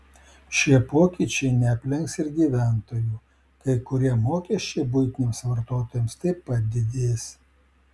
šie pokyčiai neaplenks ir gyventojų kai kurie mokesčiai buitiniams vartotojams taip pat didės